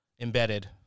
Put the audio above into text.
embedded